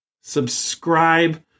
subscribe